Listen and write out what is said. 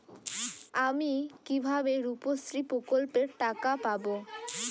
আমি কিভাবে রুপশ্রী প্রকল্পের টাকা পাবো?